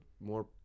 more